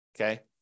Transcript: Okay